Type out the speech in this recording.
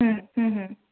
হুম হুম হুম